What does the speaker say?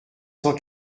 cent